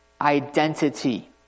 identity